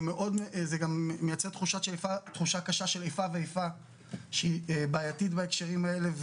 זה גם מייצר תחושה קשה של איפה ואיפה שהיא בעייתית בהקשרים האלה,